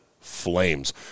flames